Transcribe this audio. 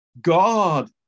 God